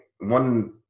one